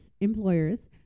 employers